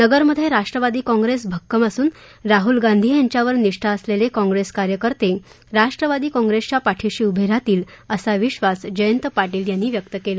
नगरमधे राष्ट्रवादी काँग्रेस भक्कम असून राहूल गांधी यांच्यावर निष्ठा असलेले काँग्रेस कार्यकर्ते राष्ट्रवादीच्या पाठीशी उभे राहतील असा विश्वास जयंत पाटील यांनी व्यक्त केला